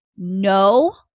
no